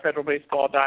FederalBaseball.com